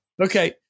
Okay